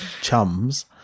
Chums